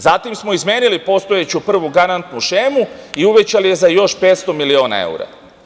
Zatim smo izmenili postojeću prvu garantnu šemu i uvećali je za još 500 miliona evra.